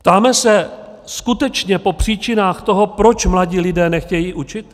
Ptáme se skutečně po příčinách toho, proč mladí lidé nechtějí učit?